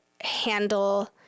handle